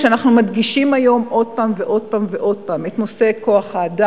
כשאנחנו מדגישים היום עוד פעם ועוד פעם את נושא כוח-האדם,